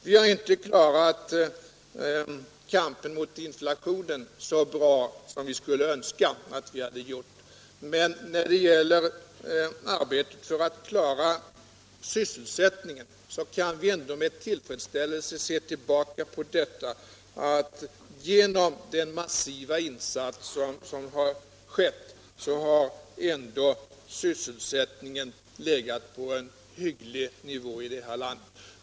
Vi har inte klarat kampen mot inflationen så bra som vi skulle önska, men när det gäller arbetet för att klara sysselsättningen kan vi med tillfredsställelse konstatera att genom den massiva insats som gjorts har sysselsättningen ändå legat på en hygglig nivå.